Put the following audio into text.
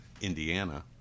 Indiana